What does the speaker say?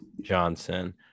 Johnson